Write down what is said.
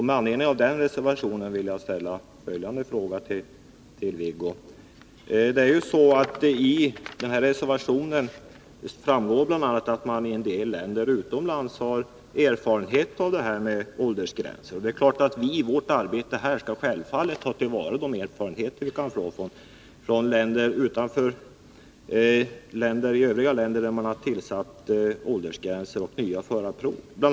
Med anledning av den reservationen vill jag ställa en fråga till Wiggo Komstedt. Av reservationen framgår bl.a. att man i en del länder utomlands har erfarenhet av detta med åldersgränser. Och det är klart att vi i vårt arbete här skall ta till vara de erfarenheter som vi kan få från länder där man infört särskilda åldersgränser och nya förarprov. Bl.